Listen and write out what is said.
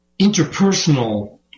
interpersonal